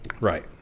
Right